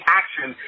action